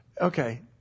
okay